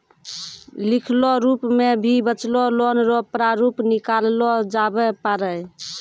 लिखलो रूप मे भी बचलो लोन रो प्रारूप निकाललो जाबै पारै